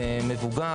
סליחה על הבורות,